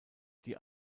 die